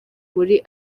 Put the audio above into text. muri